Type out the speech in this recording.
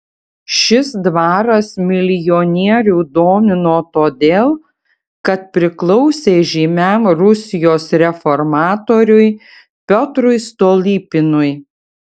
šis dvaras milijonierių domino todėl kad priklausė žymiam rusijos reformatoriui piotrui stolypinui